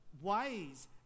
ways